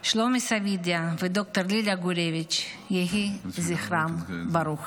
שלומי סבידיה וד"ר ליליה גורביץ', יהי זכרם ברוך.